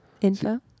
Info